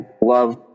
love